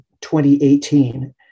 2018